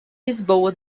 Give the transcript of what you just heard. lisboa